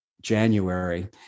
January